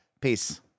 Peace